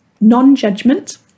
non-judgment